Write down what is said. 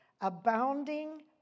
abounding